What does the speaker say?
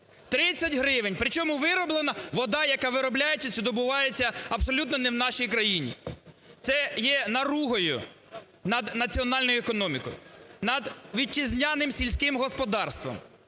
30 гривень, причому вироблено... вода, яка виробляється чи добувається абсолютно не в нашій країні. Це є наругою над національною економікою, над вітчизняним сільським господарством,